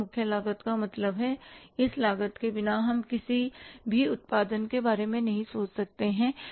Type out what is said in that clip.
मुख्य लागत का मतलब है कि इस लागत के बिना हम किसी भी उत्पादन के बारे में नहीं सोच सकते हैं है ना